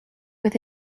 with